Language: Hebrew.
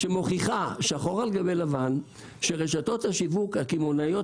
כתבה שמוכיחה שחור על גבי לבן שרשתות השיווק הקמעוניות